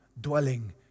dwelling